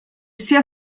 sia